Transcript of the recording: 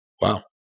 Wow